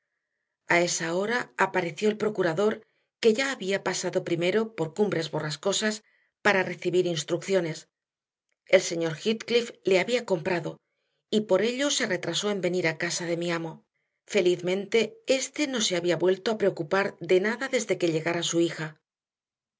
rato a esa hora apareció el procurador que ya había pasado primero por cumbres borrascosas para recibir instrucciones el señor heathcliff le había comprado y por ello se retrasó en venir a casa de mi amo felizmente éste no se había vuelto a preocupar de nada desde que llegara su hija